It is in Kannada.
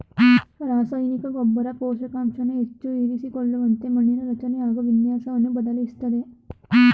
ರಸಾಯನಿಕ ಗೊಬ್ಬರ ಪೋಷಕಾಂಶನ ಹೆಚ್ಚು ಇರಿಸಿಕೊಳ್ಳುವಂತೆ ಮಣ್ಣಿನ ರಚನೆ ಹಾಗು ವಿನ್ಯಾಸನ ಬದಲಾಯಿಸ್ತದೆ